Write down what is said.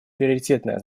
приоритетное